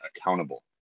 accountable